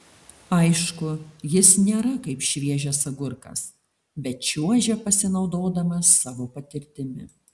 aišku jis nėra kaip šviežias agurkas bet čiuožia pasinaudodamas savo patirtimi